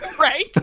Right